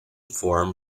forum